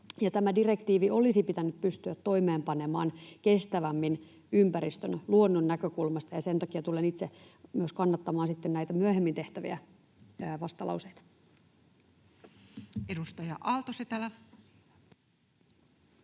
tämä direktiivi olisi pitänyt pystyä toimeenpanemaan kestävämmin ympäristön, luonnon näkökulmasta. Sen takia tulen myös itse kannattamaan myöhemmin tehtäviä vastalauseita. Edustaja Aalto-Setälä.